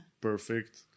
perfect